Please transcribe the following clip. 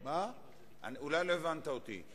אולי לא הבנת אותי.